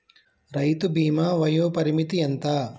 రైతు బీమా వయోపరిమితి ఎంత?